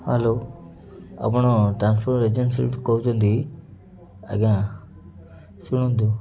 hello ଆପଣ transport ଏଜେନ୍ସିରୁ କହୁଛନ୍ତି ଆଜ୍ଞା ଶୁଣନ୍ତୁ